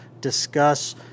discuss